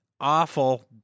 awful